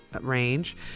range